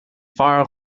fearr